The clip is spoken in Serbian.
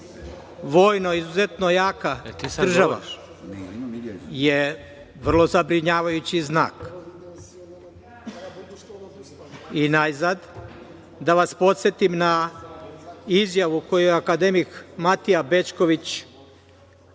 vojno izuzetno jaka država, je vrlo zabrinjavajući znak. Najzad, da vas podsetim na izjavu koju je akademik Matija Bećković